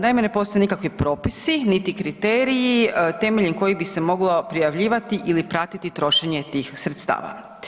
Naime, ne postoje nikakvi propisi, niti kriteriji temeljem kojih bi se moglo prijavljivati ili pratiti trošenje tih sredstava.